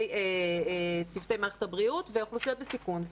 צוותי מערכת הבריאות ואוכלוסיות בסיכון.